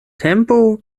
tempo